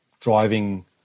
driving